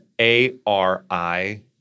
A-R-I